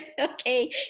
okay